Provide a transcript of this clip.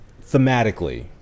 thematically